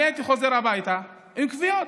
אני הייתי חוזר הביתה עם כוויות.